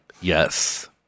Yes